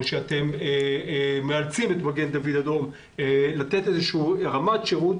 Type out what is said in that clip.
כשאתם מאלצים את מגן דוד אדום לתת איזו רמת שירות,